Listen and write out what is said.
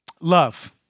Love